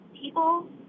people